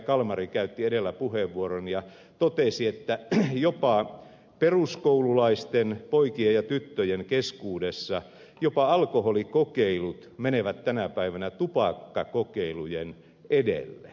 kalmari käytti edellä puheenvuoron ja totesi että jopa peruskoululaisten poikien ja tyttöjen keskuudessa alkoholikokeilut menevät tänä päivänä tupakkakokeilujen edelle